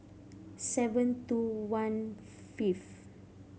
seven two one fifth